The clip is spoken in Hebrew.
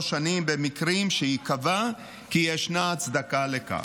שנים במקרים שייקבע כי ישנה הצדקה לכך.